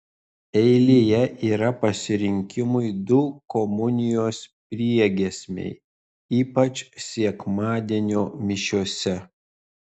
eilėje yra pasirinkimui du komunijos priegiesmiai ypač sekmadienio mišiose